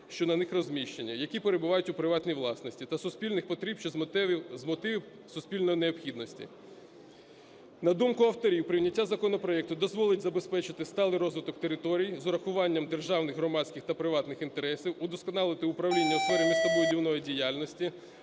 що на них розміщені, які перебувають у приватній власності, та суспільних потреб чи з мотивів суспільної необхідності. На думку авторів, прийняття законопроекту дозволить забезпечити сталий розвиток територій з урахуванням державних, громадських та приватних інтересів, удосконалити управління у сфері містобудівної діяльності